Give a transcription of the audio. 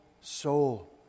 soul